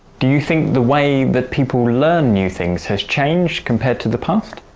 do you think the way that people learn new things has changed compared to the past?